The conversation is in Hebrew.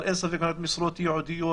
אבל אין ספק: משרות ייעודיות,